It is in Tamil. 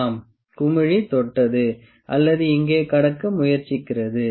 ஆம் குமிழி தொட்டது அல்லது இங்கே கடக்க முயற்சிக்கிறது